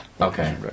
Okay